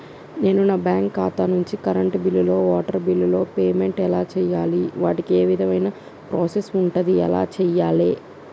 నేను నా బ్యాంకు ఖాతా నుంచి కరెంట్ బిల్లో వాటర్ బిల్లో పేమెంట్ ఎలా చేయాలి? వాటికి ఏ విధమైన ప్రాసెస్ ఉంటది? ఎలా చేయాలే?